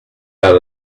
out